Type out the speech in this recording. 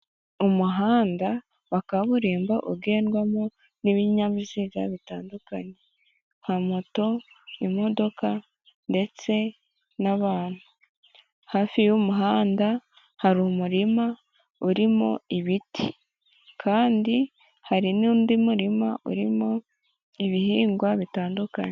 Umuhanda wa kaburimbo ugendwamo n'ibinyabiziga bitandukanye, nka moto, imodoka ndetse n'abantu. Hafi y'umuhanda hari umurima urimo ibiti, kandi hari n'undi murima urimo ibihingwa bitandukanye.